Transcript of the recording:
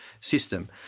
system